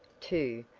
too,